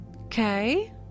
Okay